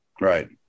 Right